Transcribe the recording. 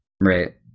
Right